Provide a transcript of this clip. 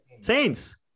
Saints